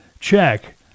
check